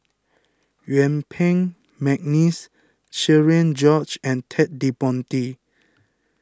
Yuen Peng McNeice Cherian George and Ted De Ponti